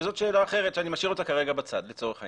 שזאת שאלה אחרת שאני משאיר אותה כרגע בצד לצורך העניין,